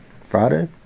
Friday